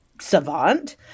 Savant